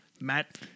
Matt